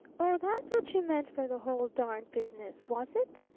oh, that's what you meant by the whole darned business was it?